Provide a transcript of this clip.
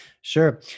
Sure